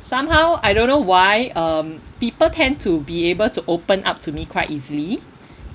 somehow I don't know why um people tend to be able to open up to me quite easily